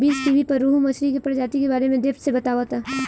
बीज़टीवी पर रोहु मछली के प्रजाति के बारे में डेप्थ से बतावता